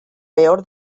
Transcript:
peor